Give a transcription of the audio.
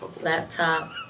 laptop